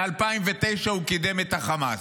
מ-2009 הוא קידם את חמאס,